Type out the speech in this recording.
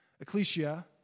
Ecclesia